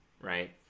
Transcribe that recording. right